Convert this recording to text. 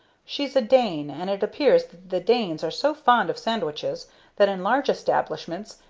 she's a dane, and it appears that the danes are so fond of sandwiches that, in large establishments,